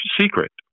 secret